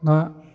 दा